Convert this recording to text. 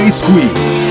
squeeze